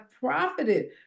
profited